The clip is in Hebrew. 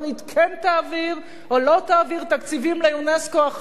תעביר או לא תעביר תקציבים לאונסק"ו אחר כך?